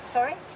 Sorry